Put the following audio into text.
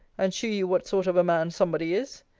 and shew you what sort of a man somebody is.